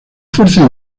fuerzas